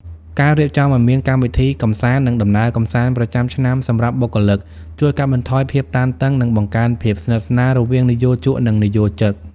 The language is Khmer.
ការរៀបចំឱ្យមានកម្មវិធីកម្សាន្ត និងដំណើរកម្សាន្តប្រចាំឆ្នាំសម្រាប់បុគ្គលិក ជួយកាត់បន្ថយភាពតានតឹង និងបង្កើនភាពស្និទ្ធស្នាលរវាងនិយោជក និងនិយោជិត។